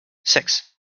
six